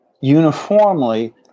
uniformly